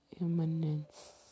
eminence